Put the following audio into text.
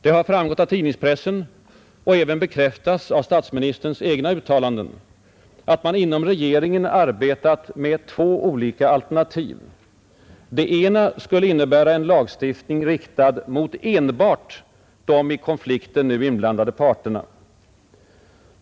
Det har framgått av tidningspressen och även bekräftats av statsministerns egna uttalanden, att man inom regeringen arbetat med två alternativ, varav det ena skulle innebära en lagstiftning direkt riktad mot enbart de nu i konflikten inblandade parterna.